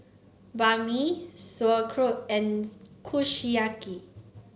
Banh Mi Sauerkraut and Kushiyaki